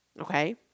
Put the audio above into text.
Okay